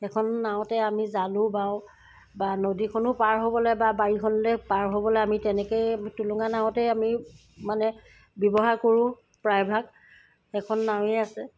সেইখন নাৱতে আমি জালো বাওঁ বা নদীখনো পাৰ হ'বলৈ বা বাৰীখনলৈ পাৰ হ'বলৈ আমি তেনেকেই টুলুঙা নাৱতে আমি মানে ব্যৱহাৰ কৰোঁ প্ৰায়ভাগ সেইখন নাৱে আছে